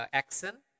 accent